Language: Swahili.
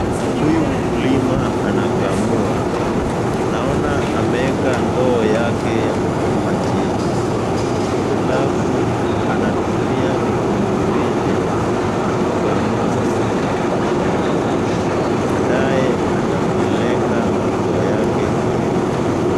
Huyu mkulima anakamua. Naona ameweka ndoo yake ya kukamua chini, alafu anatumia mikono miwili kukamua ng'ombe. Baadaye atapeleka maziwa yake kwa nyumba.